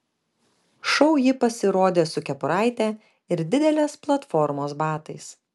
šou ji pasirodė su kepuraite ir didelės platformos batais